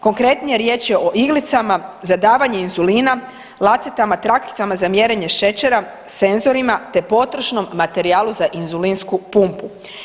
Konkretnije, riječ je o iglicama za davanje inzulina, lacetama trakicama za mjerenje šećera, senzorima, te potrošnom materijalu za inzulinsku pumpu.